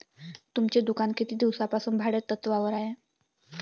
तुमचे दुकान किती दिवसांपासून भाडेतत्त्वावर आहे?